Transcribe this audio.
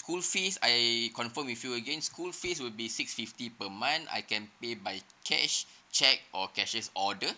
school fees I confirm with you again school fees will be six fifty per month I can pay by cash cheque or casher's order